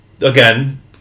Again